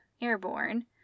airborne